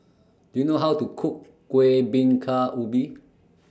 Do YOU know How to Cook Kuih Bingka Ubi